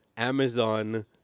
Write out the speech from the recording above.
Amazon